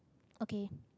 okay